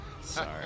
Sorry